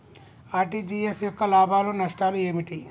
RTGS యొక్క లాభాలు నష్టాలు ఏమిటి?